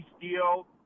deal